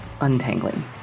untangling